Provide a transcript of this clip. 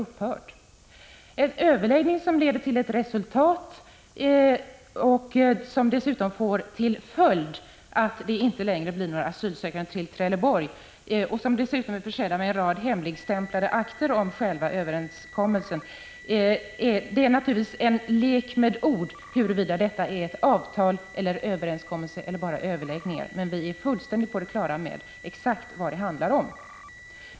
Det är naturligtvis en lek med ord huruvida överläggningar, som leder till ett resultat och som får till följd att det inte längre kommer några asylsökande till Trelleborg och i vilket sammanhang dessutom finns en rad hemligstämplade akter om själva överenskommelsen, är ett avtal, en överenskommelse eller bara överläggningar, men vi är fullständigt på det klara med vad det handlar om.